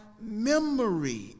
memory